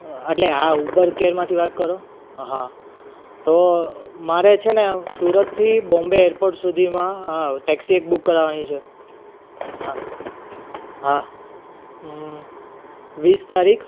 એટલે હા ઉબર કેરમાંથી વાત કરો હા તો મારે છે ને સુરતથી બોમ્બે એરપોર્ટ સુધીમાં ટેક્સી એક બુક કરાવવાની છે હા હા વીસ તારીખ